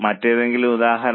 മറ്റെന്തെങ്കിലും ഉദാഹരണം